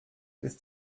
bis